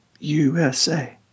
USA